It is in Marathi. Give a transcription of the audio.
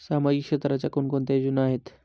सामाजिक क्षेत्राच्या कोणकोणत्या योजना आहेत?